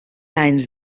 anys